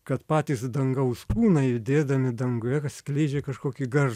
kad patys dangaus kūnai judėdami danguje skleidžia kažkokį garsą